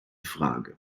frage